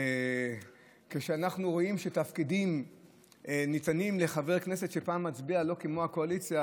אנחנו רואים שתפקידים ניתנים לחבר כנסת שפעם מצביע לא כמו הקואליציה,